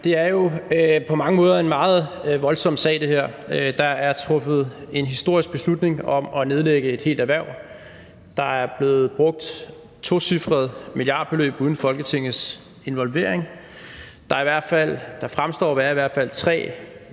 her er jo på mange måder en meget voldsom sag. Der er truffet en historisk beslutning om at nedlægge et helt erhverv. Der er blevet brugt et tocifret milliardbeløb uden Folketingets involvering. Der fremstår at være i hvert fald tre meget